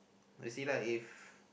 I see lah if